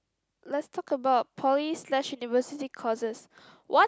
let's talk about Poly slash Universities courses what